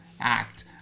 act